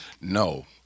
No